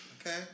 okay